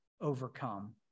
overcome